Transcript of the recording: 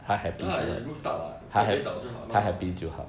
ya it's a good start [what] 不要跌倒就好 liao mah